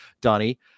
Donnie